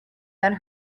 done